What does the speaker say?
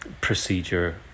procedure